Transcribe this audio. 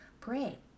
pray